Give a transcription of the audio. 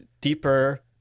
deeper